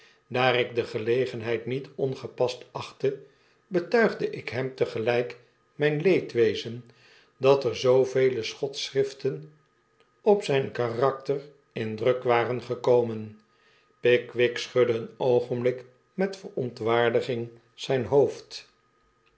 daar ik de gelegenheid niet ongepast achtte betuigde ik hem tegelijk myn leedwezen dat er zoovele schotschriften op zijn karakter in druk waren gekomen pickwick schudde een oogenblik met verontwaardiging zjjn hoofd